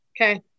Okay